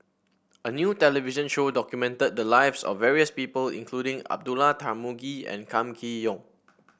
a new television show documented the lives of various people including Abdullah Tarmugi and Kam Kee Yong